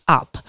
up